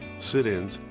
sit-ins,